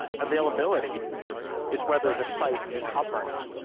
availability is whether the site is up or not.